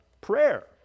prayer